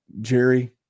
Jerry